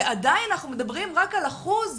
ועדיין אנחנו מדברים רק על אחוז